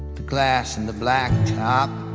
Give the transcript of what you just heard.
the glass and the black top